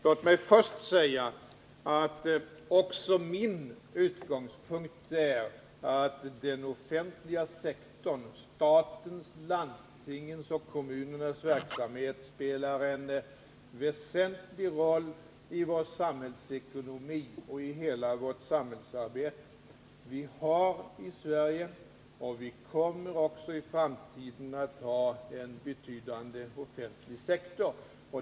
Låt mig först säga att också min utgångspunkt är att den offentliga sektorn — statens, landstingens och kommunernas verksamhet — spelar en väsentlig roll i vår samhällsekonomi och i hela vårt samhällsarbete. Vi har i Sverige och vi kommer också i framtiden att ha en betydande offentlig sektor.